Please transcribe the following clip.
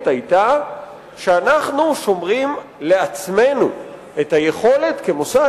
היתה שאנחנו שומרים לעצמנו את היכולת כמוסד,